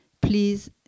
please